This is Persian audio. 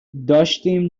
داشتیم